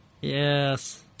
Yes